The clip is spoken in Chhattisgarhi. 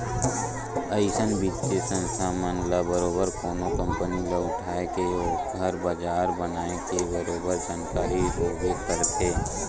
अइसन बित्तीय संस्था मन ल बरोबर कोनो कंपनी ल उठाय के ओखर बजार बनाए के बरोबर जानकारी होबे करथे